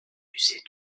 musée